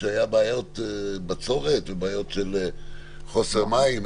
כשהיו בעיות של בצורת או חוסר מים.